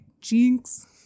Jinx